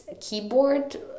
keyboard